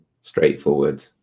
straightforward